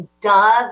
dove